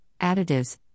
additives